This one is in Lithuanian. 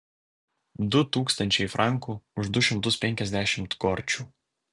du tūkstančiai frankų už du šimtus penkiasdešimt gorčių